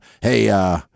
hey